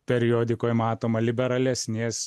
periodikoj matoma liberalesnės